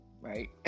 right